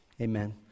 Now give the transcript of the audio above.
Amen